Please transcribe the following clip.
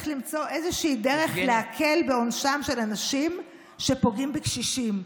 למצוא איזושהי דרך להקל בעונשם של אנשים שפוגעים בקשישים,